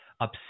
up